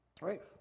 right